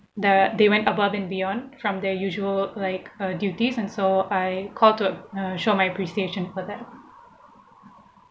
the they went above and beyond from their usual like a duties and so I called to uh show my appreciation for that